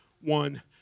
one